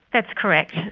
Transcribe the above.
that's correct.